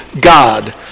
God